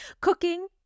Cooking